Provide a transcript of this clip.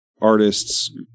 artists